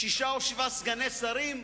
שישה או שבעה סגני שרים,